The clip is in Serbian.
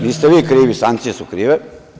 Niste vi krivi, sankcije su krive.